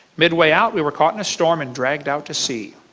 midway out we were caught in a storm and dragged out to sea.